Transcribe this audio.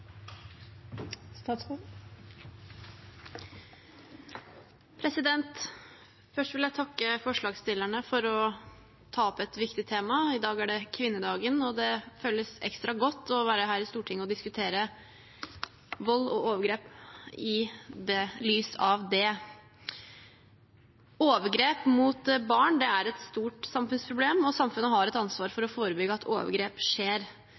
Først vil jeg takke forslagsstillerne for å ta opp et viktig tema. I dag er det kvinnedagen, og det føles ekstra godt å være her i Stortinget og diskutere vold og overgrep i lys av det. Overgrep mot barn er et stort samfunnsproblem, og samfunnet har et ansvar for å forebygge at overgrep skjer.